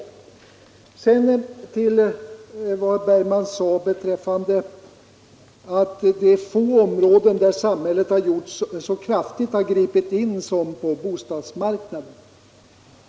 Vidare sade herr Bergman att det är få områden där samhället har gripit in så kraftigt som på bostadsmarknaden.